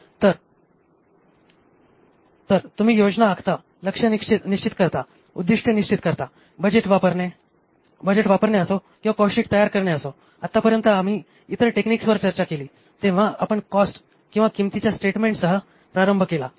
तर तुम्ही योजना आखता लक्ष्य निश्चित करता उद्दिष्टे निश्चित करता बजेट वापरणे असो किंवा कॉस्टशीट तयार करणे असो आतापर्यंत आम्ही इतर टेक्निक्सवर चर्चा केली तेव्हा आपण कॉस्ट किंवा किंमतीच्या स्टेटमेंटसह प्रारंभ केला